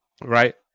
Right